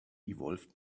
evolved